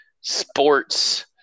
sports